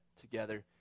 together